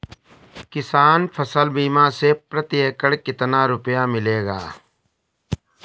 किसान फसल बीमा से प्रति एकड़ कितना रुपया मिलेगा?